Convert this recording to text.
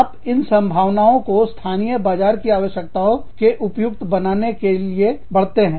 आप इन संभावनाओं को स्थानीय बाजार की आवश्यकताओं के उपयुक्त बनाने के लिए बढ़ाते हैं